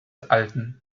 alten